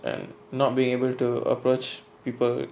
and not being able to approach people